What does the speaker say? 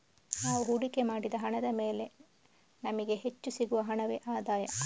ನಾವು ಹೂಡಿಕೆ ಮಾಡಿದ ಹಣದ ಮೇಲೆ ನಮಿಗೆ ಹೆಚ್ಚು ಸಿಗುವ ಹಣವೇ ಆದಾಯ